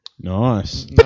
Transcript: Nice